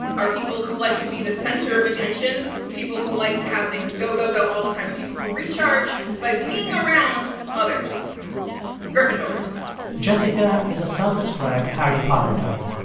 are people who like to be the center of attention, people who like to have things go, go, go all the time and people who recharge by being around others gryffindors jessica is a self-described harry potter nerd.